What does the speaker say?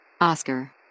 Oscar